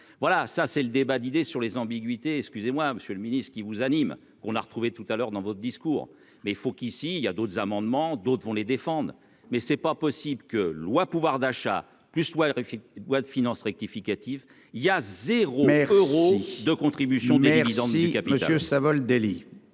voilà, ça c'est le débat d'idées sur les ambiguïtés, excusez-moi, monsieur le Ministre, qui vous anime, qu'on a retrouvé tout à l'heure dans votre discours, mais faut qu'ici il y a d'autres amendements, d'autres vont les défendre mais c'est pas possible que loi, pouvoir d'achat plus toi le bois de finances rectificative il y a 0 maire euros de contribution des mises en musique.